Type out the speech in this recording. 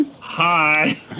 hi